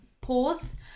pause